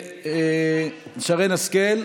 שרן השכל,